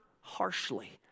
harshly